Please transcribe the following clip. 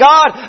God